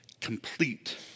complete